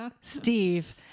steve